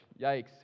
Yikes